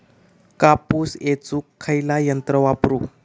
कापूस येचुक खयला यंत्र वापरू?